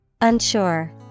Unsure